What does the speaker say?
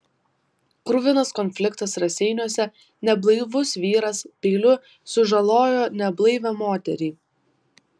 kruvinas konfliktas raseiniuose neblaivus vyras peiliu sužalojo neblaivią moterį